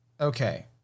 okay